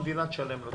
המדינה תשלם לו,